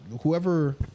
Whoever